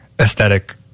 aesthetic